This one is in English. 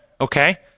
okay